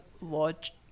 watch